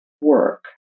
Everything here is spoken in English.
work